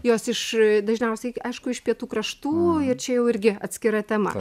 jos iš dažniausiai aišku iš pietų kraštų ir čia jau irgi atskira tema